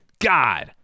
God